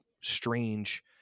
strange